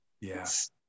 yes